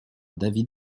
david